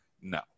No